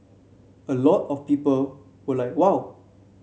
a lot of people were like wow